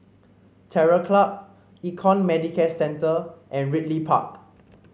Terror Club Econ Medicare Centre and Ridley Park